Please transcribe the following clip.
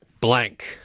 blank